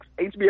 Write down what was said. HBO